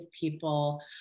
people